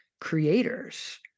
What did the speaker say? creators